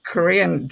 Korean